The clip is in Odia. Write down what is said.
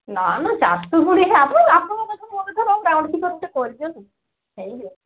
ନାଁ ନାଁ ଚାରିଶହ କୋଡ଼ିଏ ଆପଣ ଆପଣଙ୍କ କଥା ମୋ କଥା ରହୁ ରାଉଣ୍ଡ୍ ଫିଗର୍ ଗୋଟେ କରି ଦିଅନ୍ତୁ ହେଇଯିବ